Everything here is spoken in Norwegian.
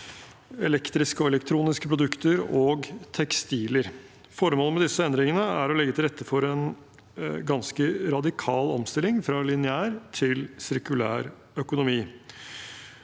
elektriske og elektroniske produkter og tekstiler. Formålet med disse endringene er å legge til rette for en ganske radikal omstilling, fra lineær til sirkulær økonomi.